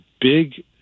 big